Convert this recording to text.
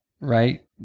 Right